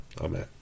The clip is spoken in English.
Amen